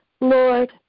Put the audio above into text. lord